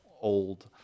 old